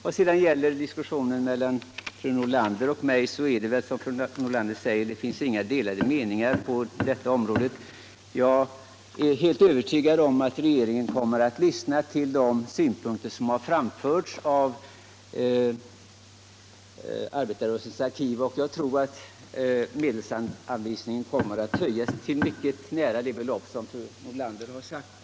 Vad sedan beträffar diskussionen mellan fru Nordlander och mig är det riktigt som fru Nordlander säger att vi inte har några delade meningar på detta område. Jag är helt övertygad om att regeringen kommer att lyssna till de synpunkter som framförts av Arbetarrörelsens arkiv, och jag tror att medelsanvisningen kommer att höjas till mycket nära det belopp som fru Nordlander nu förordar.